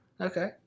Okay